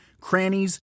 crannies